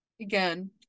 again